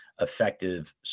effective